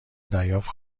دریافت